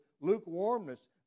lukewarmness